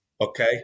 okay